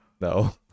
no